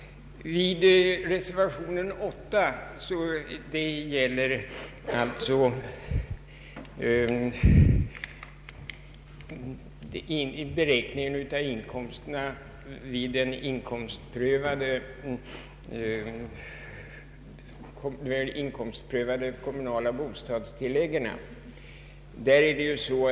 Reservationen 8 gäller beräkningen av inkomsterna vid de inkomstprövade kommunala bostadstilläggen.